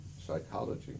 psychology